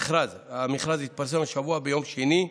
ביום שני,